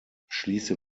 schließe